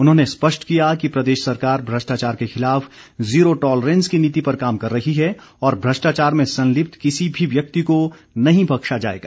उन्होंने स्पष्ट किया कि प्रदेश सरकार भ्रष्टाचार के खिलाफ ज़ीरो टॉलरेंस की नीति पर काम कर रही है और भ्रष्टाचार में संलिप्त किसी भी व्यक्ति को नहीं बख्शा जाएगा